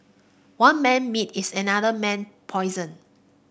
one man meat is another man poison